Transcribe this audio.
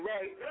right